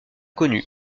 connue